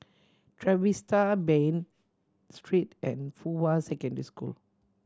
Trevista Bain Street and Fuhua Secondary School